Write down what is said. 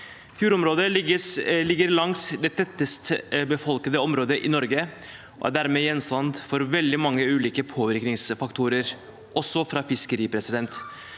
Fjordområdet ligger langs det tettest befolkede området i Norge og er dermed gjenstand for veldig mange ulike påvirkningsfaktorer, også fra fiskeri.